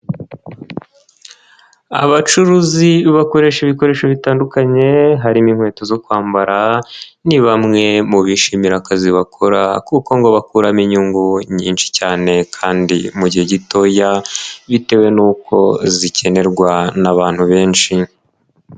Abacuruzi bakoresha ibikoresho bitandukanye harimo inkweto zo kwambara, ni bamwe mu bishimira akazi bakora kuko ngo bakuramo inyungu nyinshi cyane kandi mu gihe gitoya, bitewe n'uko zikenerwa n'abantu benshi.